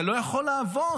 זה לא יכול לעבוד.